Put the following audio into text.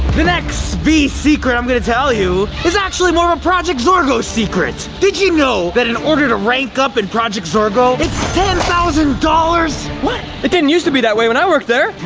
the next vy secret i'm gonna tell you is actually more a project zorgo's secrets. did you know that in order to rank up in project zorgo, it's ten thousand dollars! what? it didn't use to be that way when i worked there.